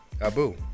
Abu